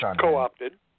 co-opted